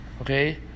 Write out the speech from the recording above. okay